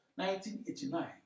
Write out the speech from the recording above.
1989